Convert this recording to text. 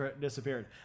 Disappeared